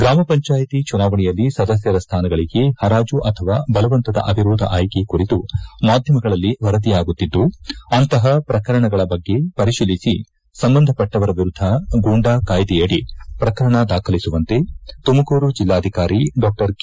ಗ್ರಾಮಪಂಚಾಯತಿ ಚುನಾವಣೆಯಲ್ಲಿ ಸದಸ್ಯರ ಸ್ಥಾನಗಳಿಗೆ ಪರಾಜು ಅಥವಾ ಬಲವಂತದ ಅವಿರೋಧ ಆಯ್ಕೆ ಕುರಿತು ಮಾಧ್ಯಮಗಳಲ್ಲಿ ವರದಿಯಾಗುತ್ತಿದ್ದು ಅಂತಹ ಪ್ರಕರಣಗಳ ಬಗ್ಗೆ ಪರಿಶೀಲಿಸಿ ಸಂಬಂಧಪಟ್ಟವರ ವಿರುದ್ದ ಗೂಂಡಾ ಕಾಯ್ಲೆಯಡಿ ಪ್ರಕರಣ ದಾಖಲಿಸುವಂತೆ ತುಮಕೂರು ಜಿಲ್ಲಾಧಿಕಾರಿ ಡಾ ಕೆ